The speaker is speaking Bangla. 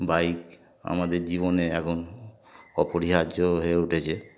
বাইক আমাদের জীবনে এখন অপরিহার্য হয়ে উঠেছে